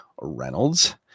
Reynolds